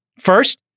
first